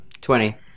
Twenty